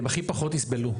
הם הכי פחות יסבלו.